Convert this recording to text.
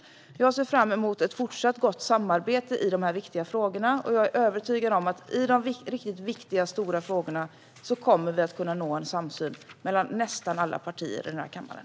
Jag ser fram emot ett fortsatt gott samarbete i dessa frågor. Jag är övertygad om att vi i de riktigt viktiga stora frågorna kommer att nå en samsyn mellan nästan alla partier i den här kammaren.